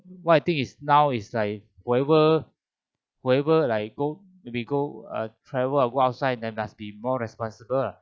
what I think is now is like whatever whoever like go maybe go err travel or go outside they must be more responsible ah